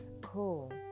Cool